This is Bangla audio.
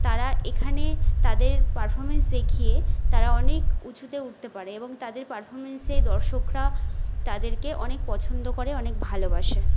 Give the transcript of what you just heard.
তারা এখানে তাদের পারফমেন্স দেখিয়ে তারা অনেক উঁচুতে উঠতে পারে এবং তাদের পারফমেন্সে দর্শকরা তাদেরকে অনেক পছন্দ করে অনেক ভালোবাসে